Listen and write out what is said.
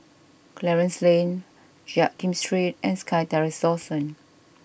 Clarence Lane Jiak Kim Street and SkyTerrace Dawson